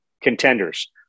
contenders